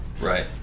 Right